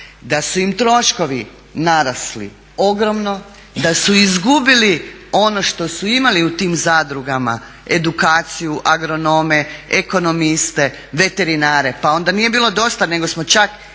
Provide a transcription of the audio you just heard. da su im troškovi narasli ogromno, da su izgubili ono što su imali u tim zadrugama edukaciju, agronome, ekonomiste, veterinare. Pa onda nije bilo dosta nego smo čak